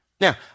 Now